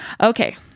Okay